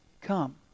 come